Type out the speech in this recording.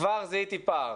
כבר זיהיתי פער.